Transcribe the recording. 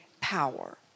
power